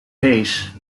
pace